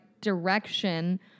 direction